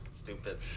Stupid